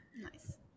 nice